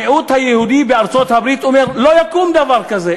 המיעוט היהודי בארצות-הברית אומר: לא יקום דבר כזה.